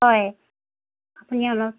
হয় আপুনি অলপ